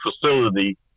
facility